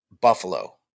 Buffalo